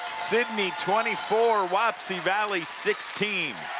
sidney twenty four, wapsie valley sixteen